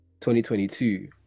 2022